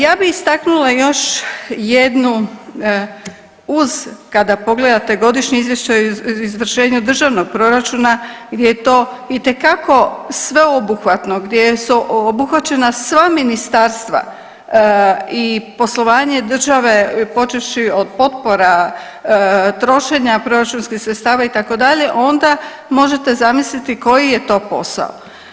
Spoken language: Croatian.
Ja bih istaknula još jednu uz kada pogledate Godišnje izvješće o izvršenju državnog proračuna gdje je to itekako sveobuhvatno, gdje su obuhvaćena sva ministarstva i poslovanje države, počevši od potpora, trošenja proračunskih sredstava, itd., onda možete zamisliti koji je to posao.